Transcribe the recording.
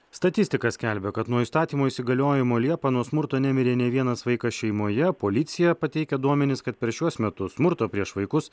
statistika skelbia kad nuo įstatymo įsigaliojimo liepą nuo smurto nemirė nei vienas vaikas šeimoje policija pateikia duomenis kad per šiuos metus smurto prieš vaikus